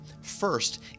First